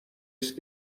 است